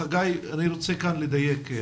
אני רוצה כאן לדייק.